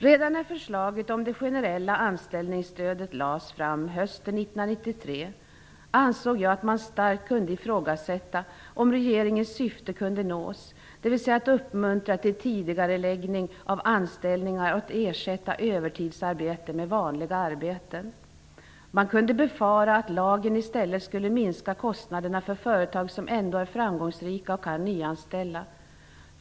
Redan när förslaget om det generella anställningsstödet lades fram hösten 1993 ansåg jag att man starkt kunde ifrågasätta om regeringens syfte kunde nås, dvs. att uppmuntra till tidigareläggning av anställningar och att ersätta övertidsarbete med vanliga arbeten. Man kunde befara att lagen i stället skulle minska kostnaderna för företag som ändå är framgångsrika och som kan nyanställa.